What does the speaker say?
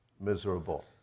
miserable